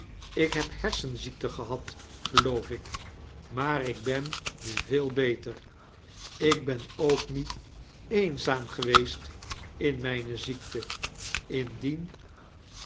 ik heb hersenziekte gehad geloof ik maar ik ben nu veel beter ik ben ook niet eenzaam geweest in mijne ziekte indien